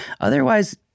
otherwise